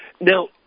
Now